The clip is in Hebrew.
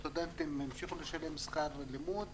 הסטודנטים המשיכו לשלם שכר לימוד,